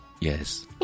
Yes